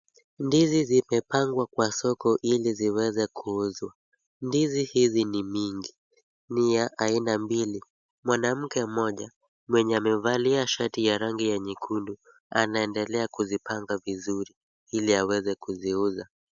Ndizi zimepangwakwa soko ili ziweze kuuzwa. Ndizi hizi ni mingi. Ni ya aina mbili. Mwanamke mmoja mwenye amevalia shati ya rangi ya nyekundu anaendelea kuzipanga vizuri ili aweze kuziuza.